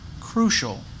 crucial